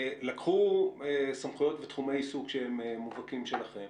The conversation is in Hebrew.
לקחו סמכויות ותחומי עיסוק שהם מובהקים שלכם,